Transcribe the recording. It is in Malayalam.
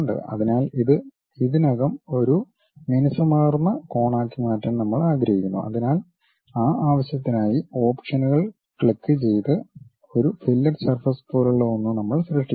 അതിനാൽ ഇത് ഇതിനകം ഒരു മിനുസമാർന്ന കോണാക്കി മാറ്റാൻ നമ്മൾ ആഗ്രഹിക്കുന്നു അതിനാൽ ആ ആവശ്യത്തിനായി ഓപ്ഷനുകൾ ക്ലിക്കുചെയ്ത് ഒരു ഫില്ലറ്റ് സർഫസ് പോലുള്ള ഒന്ന് നമ്മൾ സൃഷ്ടിക്കുന്നു